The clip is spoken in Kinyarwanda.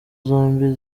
zombi